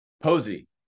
Posey